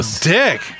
dick